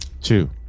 Two